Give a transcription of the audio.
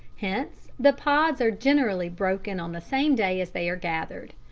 hence the pods are generally broken on the same day as they are gathered.